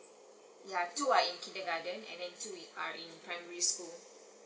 ya two are in kindergarten and then two are in primary school